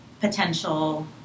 potential